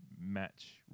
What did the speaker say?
match